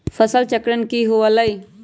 फसल चक्रण की हुआ लाई?